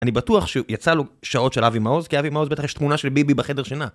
אני בטוח שיצא לו שעות של אבי מעוז, כי אבי מעוז בטח יש תמונה של ביבי בחדר שינה.